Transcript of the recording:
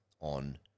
on